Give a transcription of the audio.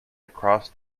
across